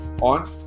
on